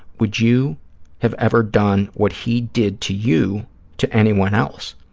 would you have ever done what he did to you to anyone else?